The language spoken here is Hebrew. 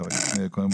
חבר הכנסת כהן,